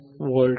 28V आहे